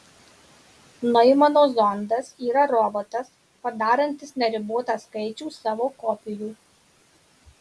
noimano zondas yra robotas padarantis neribotą skaičių savo kopijų